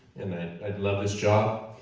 and that i love this job.